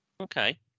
Okay